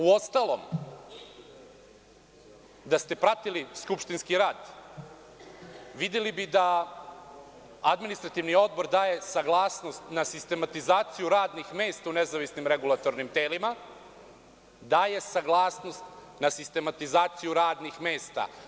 Uostalom, da ste pratili skupštinski rad, videli bi da Administrativni odbor daje saglasnost na sistematizaciju radnih mesta u nezavisnim regulatornim telima, daje saglasnost na sistematizaciju radnih mesta.